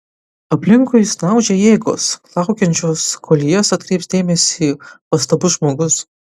aplinkui snaudžia jėgos laukiančios kol į jas atkreips dėmesį pastabus žmogus